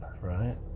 right